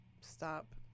stop